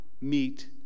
meet